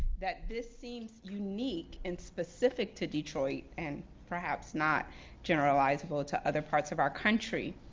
that this seems unique and specific to detroit, and perhaps not generalizable to other parts of our country.